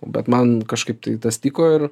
bet man kažkaip tai tas tiko ir